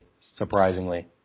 surprisingly